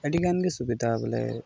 ᱟᱹᱰᱤ ᱜᱟᱱ ᱜᱮ ᱥᱩᱵᱤᱫᱟ ᱵᱚᱞᱮ